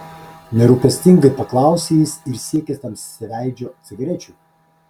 nerūpestingai paklausė jis ir siekė tamsiaveidžio cigarečių